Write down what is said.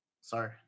Sorry